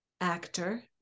actor